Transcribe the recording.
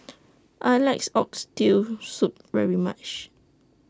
I like Oxtail Soup very much